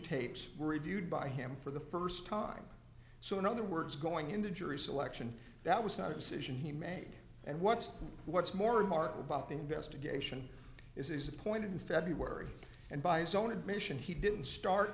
were reviewed by him for the st time so in other words going into jury selection that was not a decision he made and what's what's more remarkable about the investigation is a point in february and by his own admission he didn't start